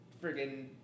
friggin